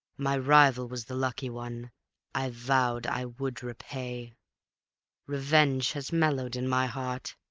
my rival was the lucky one i vowed i would repay revenge has mellowed in my heart,